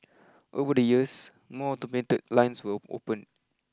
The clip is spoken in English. over the years more automated lines were opened